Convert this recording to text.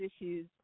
issues